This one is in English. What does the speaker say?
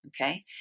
okay